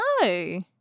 No